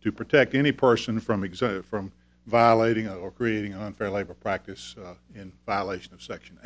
to protect any person from exemption from violating or creating unfair labor practice in violation of section